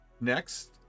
next